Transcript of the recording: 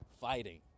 fighting